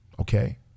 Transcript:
okay